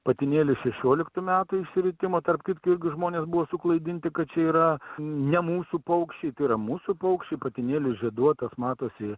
patinėlis šešioliktų metų išsiritimo tarp kitko irgi žmonės buvo suklaidinti kad čia yra ne mūsų paukščiai tai yra mūsų paukščiai patinėlis žieduotas matosi